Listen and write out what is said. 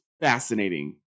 fascinating